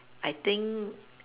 I think